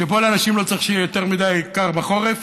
שבו לאנשים לא צריך שיהיה יותר מדי קר בחורף